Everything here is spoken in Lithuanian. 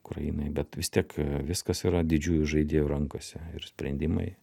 ukrainai bet vis tiek viskas yra didžiųjų žaidėjų rankose ir sprendimai